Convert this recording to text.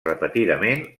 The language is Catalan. repetidament